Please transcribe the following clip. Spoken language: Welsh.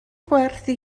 gwerthu